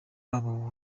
wabo